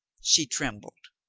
she trembled.